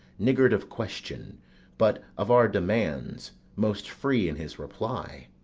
niggard of question but, of our demands, most free in his reply.